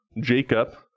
jacob